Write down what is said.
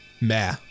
Meh